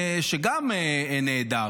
שגם נעדר.